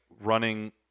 running